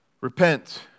Repent